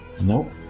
Nope